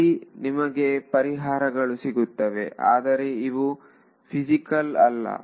ಇಲ್ಲಿ ನಿಮಗೆ ಪರಿಹಾರಗಳು ಸಿಗುತ್ತವೆ ಆದರೆ ಇವು ಫಿಸಿಕಲ್ ಅಲ್ಲ